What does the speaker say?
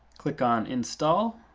click on install,